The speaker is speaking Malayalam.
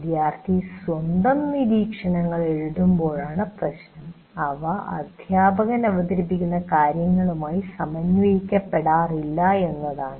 വിദ്യാർത്ഥി സ്വന്തം നിരീക്ഷണങ്ങൾ എഴുതുമ്പോഴാണ് പ്രശ്നം അവ അധ്യാപകൻ അവതരിപ്പിക്കുന്ന കാര്യങ്ങളുമായി സമന്വയിപ്പിക്കപ്പെടാറില്ല എന്നതാണ്